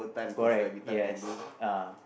correct yes uh